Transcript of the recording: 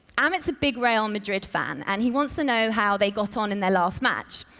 amit's a big real madrid fan and he wants to now how they got on in their last match.